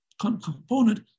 component